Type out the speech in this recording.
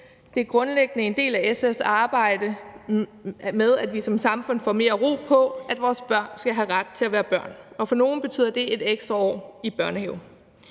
det er grundlæggende en del af SF's arbejde med, at vi som samfund får mere ro på, at vores børn skal have ret til at være børn, og for nogle betyder det et ekstra år i børnehaven.